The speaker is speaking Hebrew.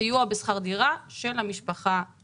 סיוע בשכר דירה של ההורים.